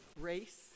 race